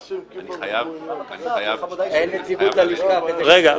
אני חייב --- אין נציגות ללשכה --- רגע,